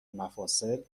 مفاصل